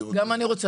אני שואל